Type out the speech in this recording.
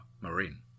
marine